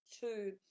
two